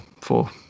four